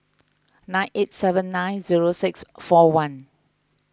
nine eight seven nine zero six four one